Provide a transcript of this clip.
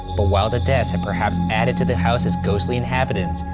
but while the deaths have perhaps added to the house's ghostly inhabitance,